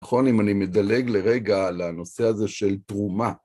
נכון, אם אני מדלג לרגע לנושא הזה של תרומה.